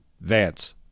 Vance